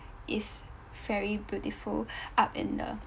it's very beautiful up in the